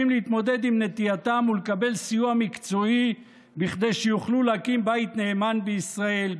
להתמודד עם נטייתם ולקבל סיוע מקצועי כדי שיוכלו להקים בית נאמן בישראל,